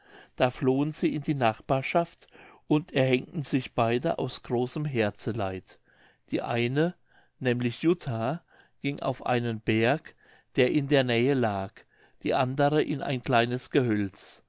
da flohen sie in die nachbarschaft und erhenkten sich beide aus großem herzeleid die eine nämlich jutta ging auf einen berg der in der nähe lag die andere in ein kleines gehölz